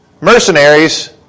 mercenaries